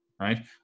right